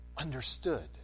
understood